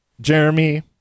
jeremy